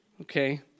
okay